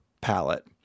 palette